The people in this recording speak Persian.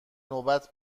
نوبت